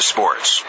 Sports